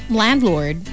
landlord